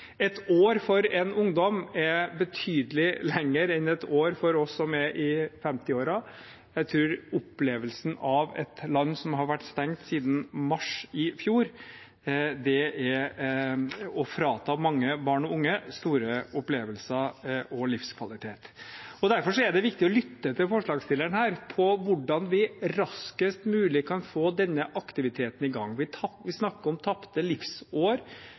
Et år for en ungdom er betydelig lengre enn et år for oss som er i femtiårene. Jeg tror et land som har vært stengt siden mars i fjor, har fått mange barn og unge til å oppleve av at de fratas store opplevelser og livskvalitet. Derfor er det viktig å lytte til forslagsstillerne her om hvordan vi raskest mulig kan få denne aktiviteten i gang. Vi snakker om tapte livsår